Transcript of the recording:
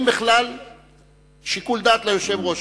אין בכלל שיקול דעת ליושב-ראש,